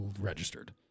registered